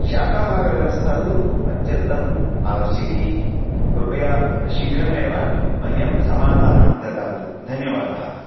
शाकाहारव्यवस्था तु अत्यन्तम् आवश्यकी कृपया शीघ्रमेव मह्यं समाधानं ददातु धन्यवादः